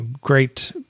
great